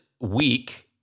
week